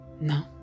No